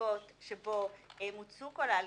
בנסיבות שבהן מוצו כל ההליכים,